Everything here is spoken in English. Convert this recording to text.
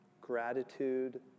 gratitude